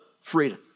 freedom